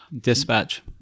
dispatch